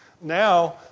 Now